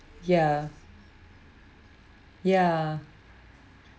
ya ya